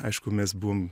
aišku mes buvom